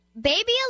Baby